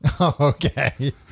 Okay